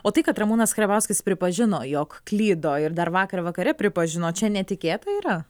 o tai kad ramūnas karbauskis pripažino jog klydo ir dar vakar vakare pripažino čia netikėta yra